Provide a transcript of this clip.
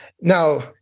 Now